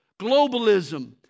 globalism